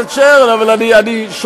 חבר הכנסת שטרן, אבל אני שואל